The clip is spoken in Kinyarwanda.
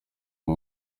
ubu